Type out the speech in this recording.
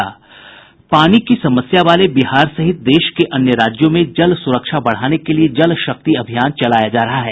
पानी की समस्या वाले बिहार सहित देश के अन्य राज्यों में जल सुरक्षा बढ़ाने के लिए जल शक्ति अभियान चलाया जा रहा है